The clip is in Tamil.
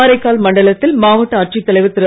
காரைக்கால் மண்டலத்தில் மாவட்ட ஆட்சித் தலைவர் திரு